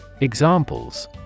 Examples